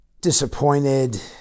disappointed